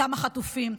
דם החטופים.